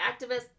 activists